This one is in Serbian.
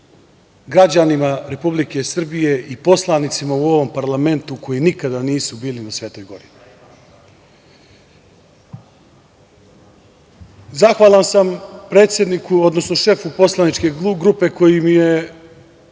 građanima Republike Srbije i poslanicima u ovom parlamentu koji nikada nisu bili na Svetoj gori. Zahvalan sam predsedniku, odnosno šefu poslaničke grupe koji mi je